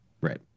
right